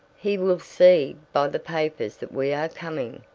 he will see by the papers that we are coming.